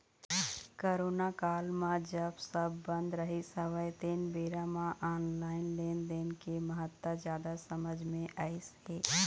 corona काल म जब सब बंद रहिस हवय तेन बेरा म ऑनलाइन लेनदेन के महत्ता जादा समझ मे अइस हे